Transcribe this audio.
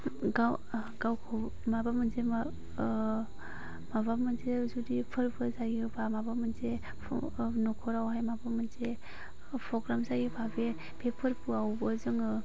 गावखौ माबा मोनसे माबा ओह माबा मोनसे जुदि फोरबो जायोबा माबा मोनसे फो ओह न'खरावहाय माबा मोनसे फग्राम जायोबा बे बे फोरबोआवबो जोङो